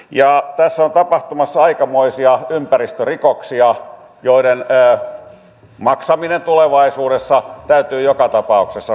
tässä on tapahtumassa aikamoisia ympäristörikoksia joiden maksaminen tulevaisuudessa täytyy joka tapauksessa hoitaa